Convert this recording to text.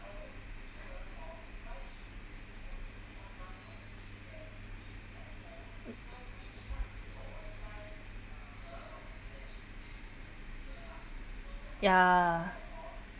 ya